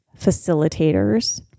facilitators